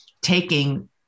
taking